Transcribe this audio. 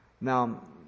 Now